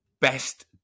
best